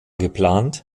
geplant